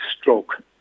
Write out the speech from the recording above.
stroke